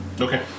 Okay